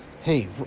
Hey